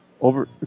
Over